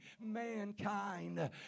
mankind